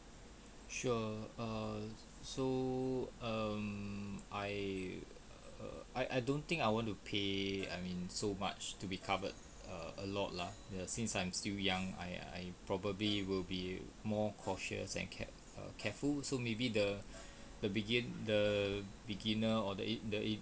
sure err so um I err I I don't think I want to pay I mean so much to be covered a a lot lah ya since I'm still young I I probably will be more cautious and care err careful so maybe the the begin the beginner or the the